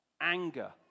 anger